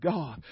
God